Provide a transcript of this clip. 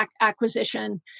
acquisition